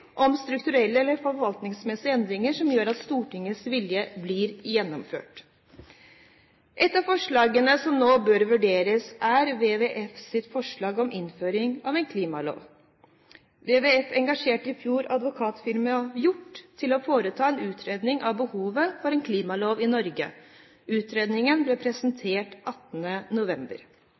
om strukturelle eller forvaltningsmessige endringer som gjør at Stortingets vilje blir gjennomført. Et av forslagene som nå bør vurderes, er WWFs forslag om innføring av en klimalov. WWF engasjerte i fjor Advokatfirmaet Hjort til å foreta en utredning av behovet for en klimalov i Norge. Utredningen ble presentert 18. november.